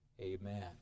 amen